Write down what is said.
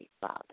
Father